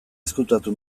ezkutatu